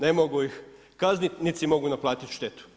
Ne mogu ih kazniti, niti si mogu naplatiti štetu.